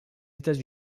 états